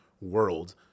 world